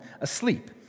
asleep